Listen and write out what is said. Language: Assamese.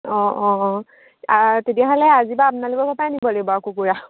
অঁ অঁ অঁ তেতিয়াহ'লে আজিৰপৰা আপোনালোকৰ ঘৰৰপৰাই আনিব লাগিব আৰু কুকুৰা